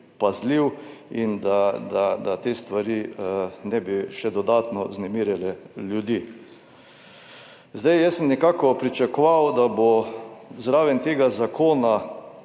da te stvari ne bi še dodatno vznemirjale ljudi. Jaz sem nekako pričakoval, da bo zraven tega Zakona